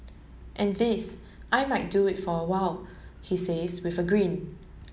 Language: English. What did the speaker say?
and this I might do for a while he says with a grin